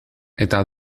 eta